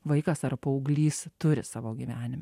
vaikas ar paauglys turi savo gyvenime